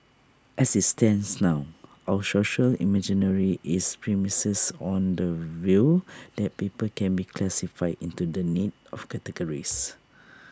as IT stands now our social imaginary is premised on the view that people can be classified into the neat of categories